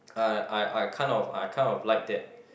uh I I kind of I kind of like that